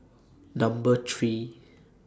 Number three